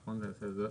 נכון?